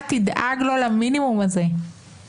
--- גלעד, מה קורה?